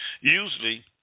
Usually